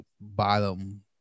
bottom